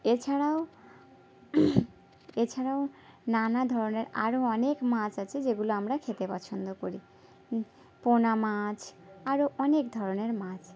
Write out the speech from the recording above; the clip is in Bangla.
এ ছাড়াও এ ছাড়াও নানা ধরনের আরও অনেক মাছ আছে যেগুলো আমরা খেতে পছন্দ করি পোনা মাছ আরও অনেক ধরনের মাছ